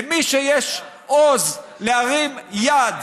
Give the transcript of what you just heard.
למי שיש עוז להרים יד